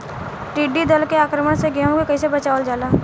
टिडी दल के आक्रमण से गेहूँ के कइसे बचावल जाला?